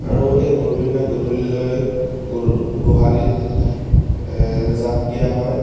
আৰু এই গৰু বিহু দিনা গধূলিলৈ গৰু গোহালিত জাগ দিয়া হয়